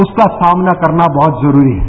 उसका सामना करना बहत जरूरी है